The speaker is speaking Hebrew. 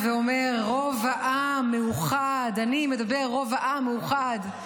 ואומר: רוב העם מאוחד, אני מדבר, רוב העם מאוחד.